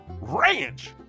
Ranch